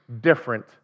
different